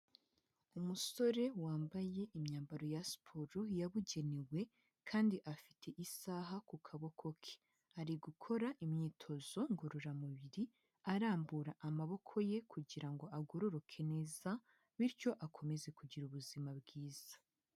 Umusore wambaye imyambaro ya siporo yabugenewe, kandi afite isaha ku kaboko ke, ari gukora imyitozo ngororamubiri arambura amaboko ye kugira ngo agororoke neza, bityo akomeze kugira ubuzima bwiza.